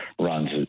runs